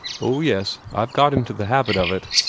oh, yes, i've got into the habit of it.